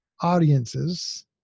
audiences